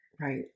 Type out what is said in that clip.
right